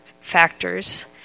factors